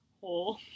hole